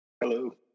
Hello